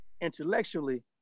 intellectually